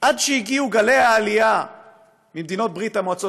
עד שהגיעו גלי העלייה ממדינות ברית המועצות